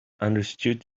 understood